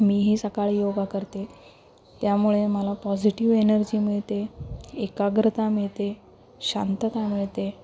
मी ही सकाळी योगा करते त्यामुळे मला पॉझिटिव एनर्जी मिळते एकाग्रता मिळते शांतता मिळते